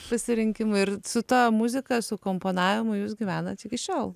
susirinkimui ir su ta muzika su komponavimu jūs gyvenat iki šiol